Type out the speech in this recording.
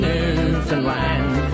Newfoundland